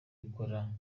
gukora